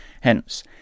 hence